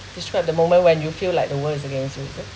is trap the moment when you feel like the world is against you is it